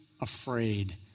afraid